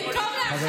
תודה רבה.